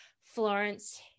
Florence